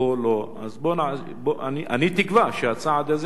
אני תקווה שהצעד הזה כבר ייעשה,